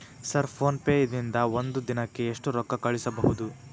Sir PhonePe ದಿಂದ ಒಂದು ದಿನಕ್ಕೆ ಎಷ್ಟು ರೊಕ್ಕಾ ಕಳಿಸಬಹುದು?